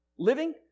Living